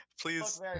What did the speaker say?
Please